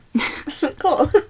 Cool